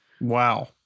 Wow